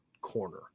corner